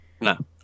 no